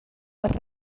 per